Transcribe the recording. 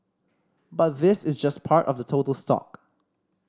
but this is just part of the total stock